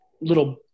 little